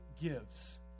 gives